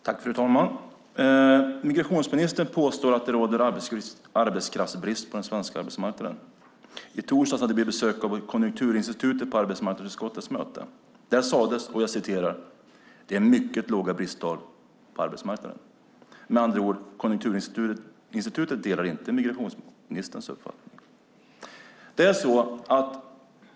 Fru talman! Migrationsministern påstår att det råder arbetskraftsbrist på den svenska arbetsmarknaden. I torsdags hade vi besök av Konjunkturinstitutet på arbetsmarknadsutskottets möte. Där sades att det är mycket låga bristtal på arbetsmarknaden. Konjunkturinstitutet delar alltså inte migrationsministerns uppfattning.